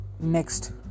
next